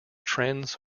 trends